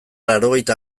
laurogeita